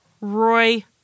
Roy